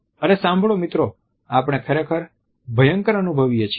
અરે સાંભળો મિત્રો આપણે ખરેખર ભયંકર અનુભવીએ છીએ